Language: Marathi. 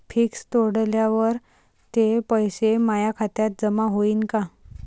फिक्स तोडल्यावर ते पैसे माया खात्यात जमा होईनं का?